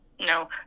No